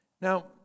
Now